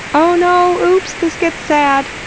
oh no! oops, this gets sad.